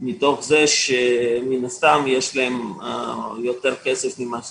מתוך זה שמן הסתם יש להם יותר כסף ממה שצריך.